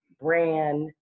brand